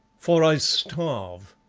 for i starve?